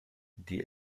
die